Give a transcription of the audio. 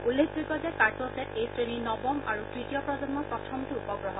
উল্লেখযোগ্য যে কাৰ্ট'ছেট এই শ্ৰেণীৰ নৱম আৰু তৃতীয় প্ৰজন্মৰ প্ৰথমটো উপগ্ৰহ